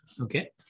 Okay